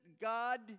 God